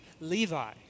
Levi